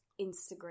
Instagram